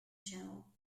channel